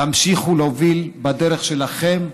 תמשיכו להוביל בדרך שלכם,